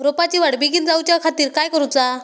रोपाची वाढ बिगीन जाऊच्या खातीर काय करुचा?